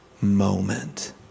moment